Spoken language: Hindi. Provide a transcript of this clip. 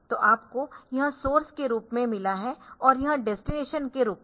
तो आपको यह सोर्सके रूप में मिला है और यह डेस्टिनेशन के रूप में